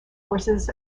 courses